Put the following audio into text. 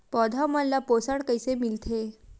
पौधा मन ला पोषण कइसे मिलथे?